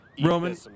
Roman